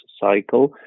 cycle